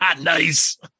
nice